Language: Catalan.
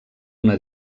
una